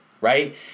Right